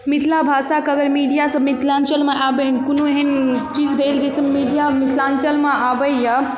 मिथिला भाषाके अगर मीडिया सबमे मिथिलाञ्चलमे आबै कोनो एहन चीज भेल जै सँ मीडिया मिथिलाञ्चलमे आबैय